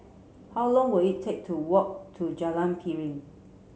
how long will it take to walk to Jalan Piring